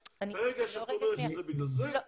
ברגע שאת אומרת שזה בגלל זה אנחנו בבעיה.